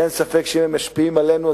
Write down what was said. שאין ספק שהם משפיעים עלינו,